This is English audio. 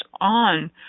on